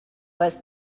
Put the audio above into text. was